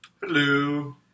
Hello